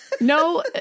No